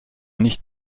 nicht